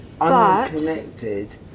unconnected